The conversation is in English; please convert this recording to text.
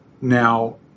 Now